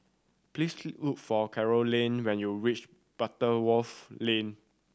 please look for Carolann when you reach Butterworth Lane